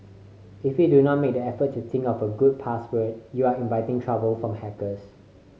if you do not make the effort to think of a good password you are inviting trouble from hackers